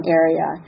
area